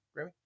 Grammy